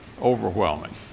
overwhelming